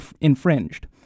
infringed